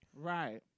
Right